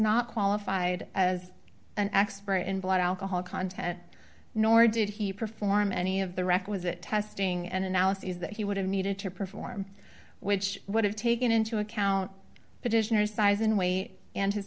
not qualified as an expert in blood alcohol content nor did he perform any of the requisite testing and analyses that he would have needed to perform which would have taken into account petitioners size and weight and his